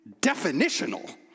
definitional